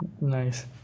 Nice